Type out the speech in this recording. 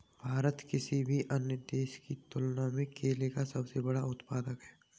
भारत किसी भी अन्य देश की तुलना में केले का सबसे बड़ा उत्पादक है